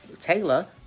Taylor